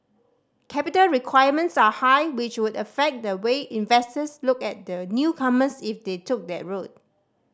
capital requirements are high which would affect the way investors looked at the newcomers if they took that route